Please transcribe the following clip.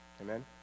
Amen